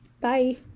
Bye